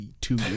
two